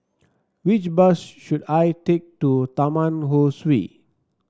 which bus should I take to Taman Ho Swee